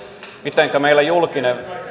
mitenkä meillä julkinen